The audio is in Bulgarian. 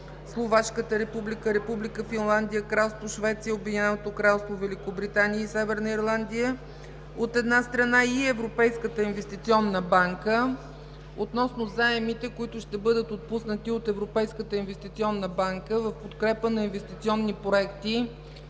Словашката република, Република Финландия, Кралство Швеция, Обединеното кралство Великобритания и Северна Ирландия, от една страна, и Европейската инвестиционна банка относно заемите, които ще бъдат отпуснати от Европейската инвестиционна банка в подкрепа на инвестиционни проекти